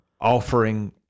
offering